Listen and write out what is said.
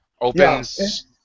opens